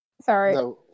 Sorry